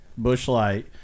Bushlight